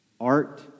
art